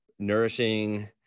nourishing